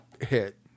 hit